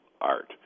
art